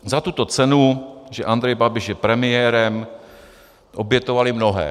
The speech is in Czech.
Za tuto cenu, že Andrej Babiš je premiérem, obětovali mnohé.